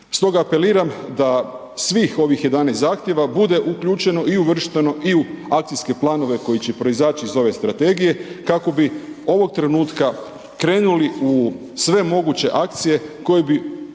Stoga apeliram da svih ovih 11 zahtjeva bude uključeno i uvršteno i u akcijske planove koji će proizaći iz ove strategije kako bi ovog trenutka krenuli u sve moguće akcije koji bi osigurali